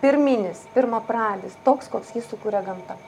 pirminis pirmapradis toks koks jį sukūrė gamta